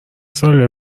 ساله